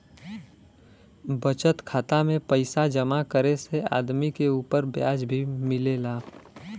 बचत खाता में पइसा जमा करे से आदमी के उपर ब्याज भी मिलेला